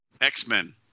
X-Men